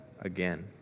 again